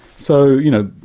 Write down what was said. so you know,